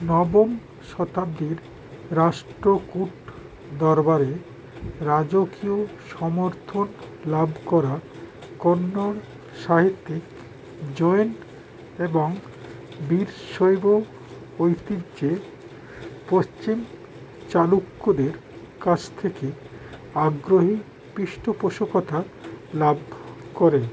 নবম শতাব্দীর রাষ্ট্রকূট দরবারে রাজকীয় সমর্থক লাভ করা কন্নড় সাহিত্যিক জৈন এবং বীরশৈব ঐতিহ্যে পশ্চিম চালুক্যদের কাছ থেকে আগ্রহী পৃষ্ঠপোষকতা লাভ করে